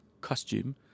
costume